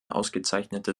ausgezeichnete